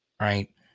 right